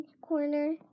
corner